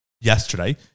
yesterday